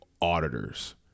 auditors